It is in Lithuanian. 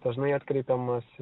dažnai atkreipiamas